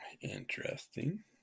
Interesting